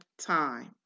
time